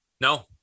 No